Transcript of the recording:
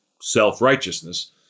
self-righteousness